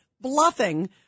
bluffing